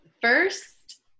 first